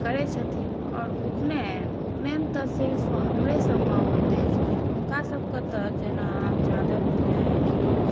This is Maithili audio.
करै छथिन आओर उपनयन उपनयन तऽ सिर्फ हमरे सभमे होइत अछि हुनका सभके तऽ जेना यादव भेलै कि